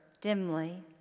dimly